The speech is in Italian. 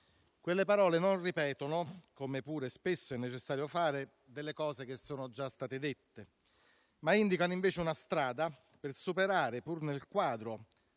Quelle parole non ripetono - come pure spesso è necessario fare - cose che sono state già dette, ma indicano, invece, una strada per superare, pur nel quadro